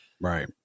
Right